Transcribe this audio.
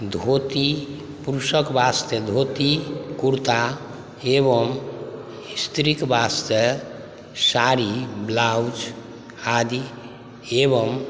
धोती पुरुषके वास्ते धोती कुरता एवम स्त्रीके वास्ते साड़ी ब्लाउज आदि एवम